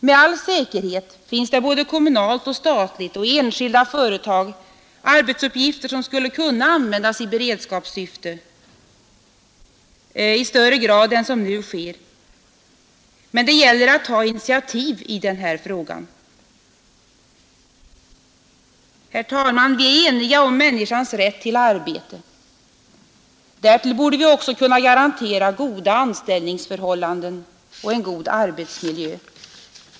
Med all säkerhet finns det både kommunalt och statligt och i enskilda företag arbetsuppgifter som skulle kunna användas i beredskapssyfte i högre grad än som nu sker, men det gäller att ta initiativ i den här frågan. Herr talman! Vi är eniga om människans rätt till arbete. Därtill borde vi också kunna garantera goda anställningsförhållanden och en god arbetsmiljö.